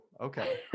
okay